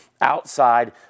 outside